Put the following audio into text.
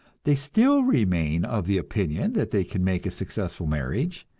they still remain of the opinion that they can make a successful marriage,